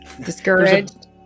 discouraged